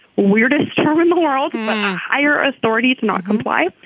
weirdest term in the world a higher authority to not comply.